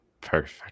Perfect